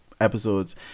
episodes